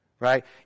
Right